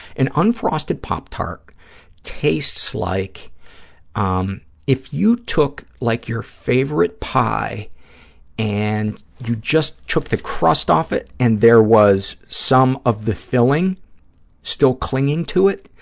an unfrosted pop tart tastes like um if you took like your favorite pie and you just took the crust off it and there was some of the filling still clinging to it,